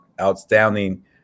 outstanding